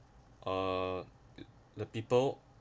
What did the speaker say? uh the people